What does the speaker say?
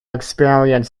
experience